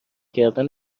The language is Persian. کردن